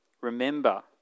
Remember